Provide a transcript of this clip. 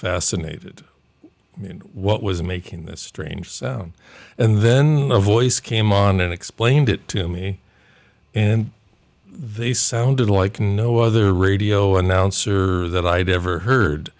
fascinated in what was making this strange sound and then the voice came on and explained it to me and they sounded like no other radio announcer that i've ever